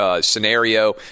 scenario